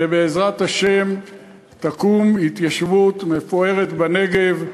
ובעזרת השם תקום התיישבות מפוארת בנגב,